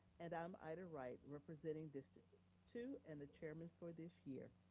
and i'm ida wright, representing district two and the chairman for this year.